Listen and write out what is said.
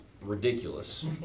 ridiculous